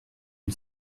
une